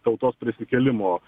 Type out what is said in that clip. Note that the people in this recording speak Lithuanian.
tautos prisikėlimo